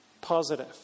Positive